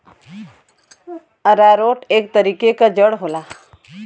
आरारोट एक तरीके क जड़ होला